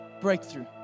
breakthrough